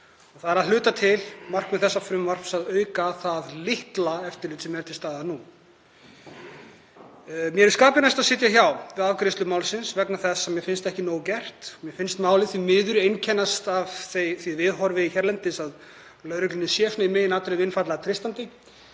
Það er að hluta til markmið þessa frumvarps að auka það litla eftirlit sem er til staðar. Mér er skapi næst að sitja hjá við afgreiðslu málsins vegna þess að mér finnst ekki nóg að gert. Mér finnst málið því miður einkennast af því viðhorfi hérlendis að lögreglunni sé í meginatriðum einfaldlega treystandi.